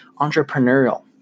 entrepreneurial